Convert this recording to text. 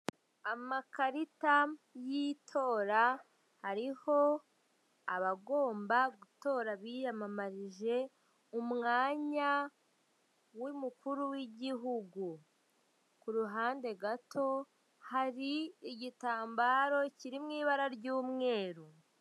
Amakarita y'itora ariho abagomba gutora biyamamarije umwanya w'umukuru w'igihugu ku ruhande gato hari igitambaro kiri mu ibara ry'umweru.